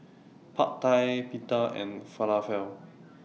Pad Thai Pita and Falafel